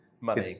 Money